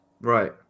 right